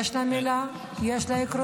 יש לה מילה, יש לה עקרונות.